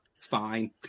fine